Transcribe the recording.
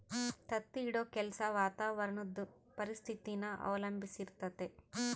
ತತ್ತಿ ಇಡೋ ಕೆಲ್ಸ ವಾತಾವರಣುದ್ ಪರಿಸ್ಥಿತಿನ ಅವಲಂಬಿಸಿರ್ತತೆ